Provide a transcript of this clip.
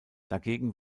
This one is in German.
dagegen